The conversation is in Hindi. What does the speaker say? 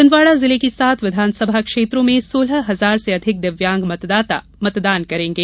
छिन्दवाड़ा जिले की सात विधानसभा क्षेत्रों में सोलह हजार से अधिक दिव्यांग मतदाता मतदान करेंगे